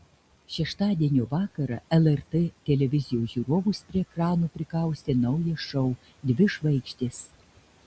šeštadienio vakarą lrt televizijos žiūrovus prie ekranų prikaustė naujas šou dvi žvaigždės